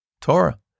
Torah